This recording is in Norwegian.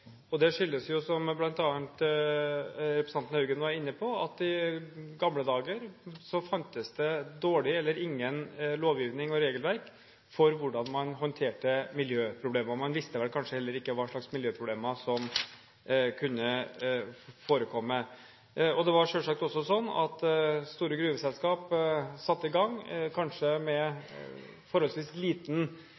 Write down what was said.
rykte. Det skyldes, som bl.a. representanten Haugen var inne på, at i gamle dager fantes det dårlig – eller ingen – lovgivning og regelverk for hvordan man håndterte miljøproblemer. Man visste vel kanskje heller ikke hva slags miljøproblemer som kunne forekomme. Det var selvsagt også slik at store gruveselskaper satte i gang, kanskje med